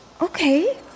Okay